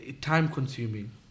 time-consuming